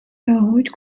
реагують